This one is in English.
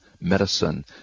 medicine